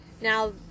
Now